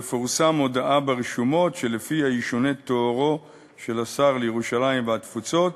תפורסם ברשומות הודעה שלפיה ישונה תוארו של השר לירושלים והתפוצות